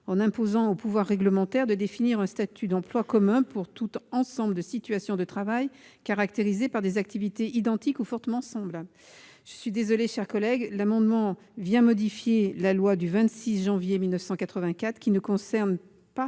en imposant au pouvoir réglementaire de définir un statut d'emploi commun pour tout « ensemble de situations de travail caractérisé par des activités identiques ou fortement semblables ». Or il tend à modifier la loi du 26 janvier 1984, qui concerne non